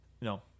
No